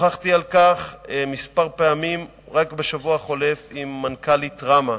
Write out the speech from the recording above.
שוחחתי על כך כמה פעמים רק בשבוע החולף עם מנכ"לית ראמ"ה,